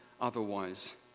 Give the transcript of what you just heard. otherwise